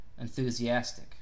enthusiastic